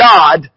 God